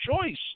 choice